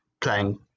playing